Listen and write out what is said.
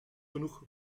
genoeg